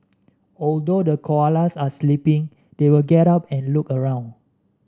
although the koalas are sleeping they will get up and look around